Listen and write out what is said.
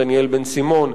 דניאל בן-סימון,